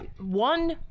One